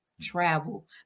travel